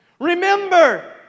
Remember